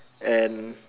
and